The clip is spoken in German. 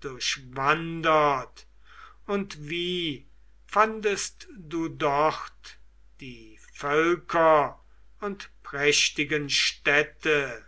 durchwandert und wie fandest du dort die völker und prächtigen städte